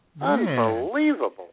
Unbelievable